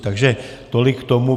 Takže tolik k tomu.